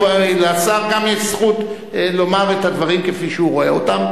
ולשר גם יש זכות לומר את הדברים כפי שהוא רואה אותם.